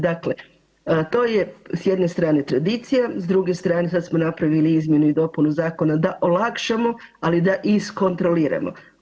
Dakle, to je sa jedne strane tradicija, s druge strane sad smo napravili izmjenu i dopunu zakona da olakšamo ali i da iskontroliramo.